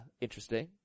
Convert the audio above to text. interesting